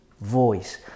voice